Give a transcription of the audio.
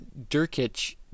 Durkic